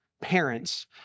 parents